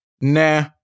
nah